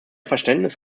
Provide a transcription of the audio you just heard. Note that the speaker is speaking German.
verständnis